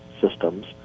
systems